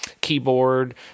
keyboard